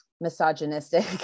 misogynistic